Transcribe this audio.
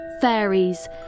fairies